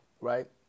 right